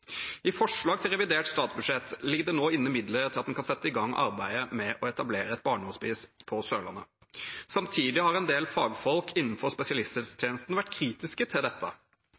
I forslaget til revidert statsbudsjett ligger det nå inne midler til at en kan sette i gang arbeidet med å etablere et barnehospice på Sørlandet. Samtidig har en del fagfolk innenfor spesialisthelsetjenesten vært kritiske til dette.